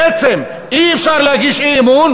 בעצם אי-אפשר להגיש אי-אמון,